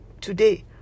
today